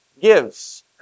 gives